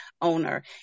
owner